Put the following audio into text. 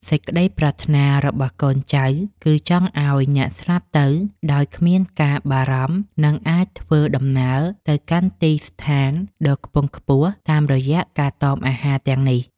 សេចក្តីប្រាថ្នារបស់កូនចៅគឺចង់ឱ្យអ្នកស្លាប់ទៅដោយគ្មានការបារម្ភ និង អាចធ្វើដំណើរទៅកាន់ទីស្ថានដ៏ខ្ពង់ខ្ពស់តាមរយៈការតមអាហារទាំងនេះ។